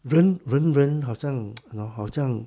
人人人好像 you know 好像